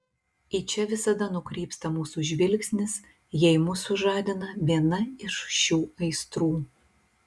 į čia visada nukrypsta mūsų žvilgsnis jei mus sužadina viena iš šių aistrų